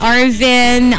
Arvin